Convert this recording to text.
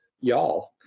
y'all